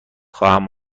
خواهم